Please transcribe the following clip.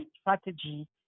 strategy